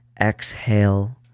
exhale